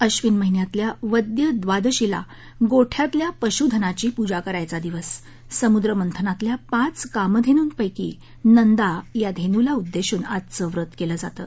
अश्विन महिन्यातल्या वद्य द्वादशीला गोठ्यातल्या पशुधनाची पूजा करायचा दिवस समुद्र मंथनातल्या पाच कामधेनृपैंकी नंदा या धेनूला उद्देशून आजचं व्रत केलं जातं